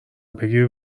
بگیری